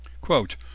quote